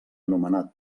nomenat